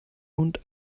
und